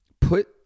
put